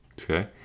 Okay